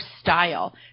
style